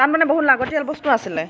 তাত মানে বহুত লাগতিয়াল বস্তু আছিল